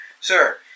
Sir